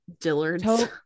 Dillard's